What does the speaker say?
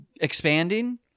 expanding